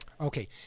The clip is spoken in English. okay